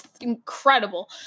incredible